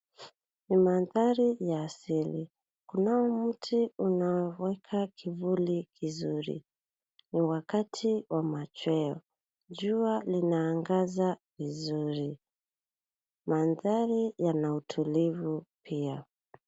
Ni mandhari ya asili. Kuna mti unaoweka kivuli kizuri. Ni wakati wa machweo. Jua linaangaza vizuri. Mandhari yana utulivu pia.